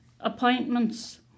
appointments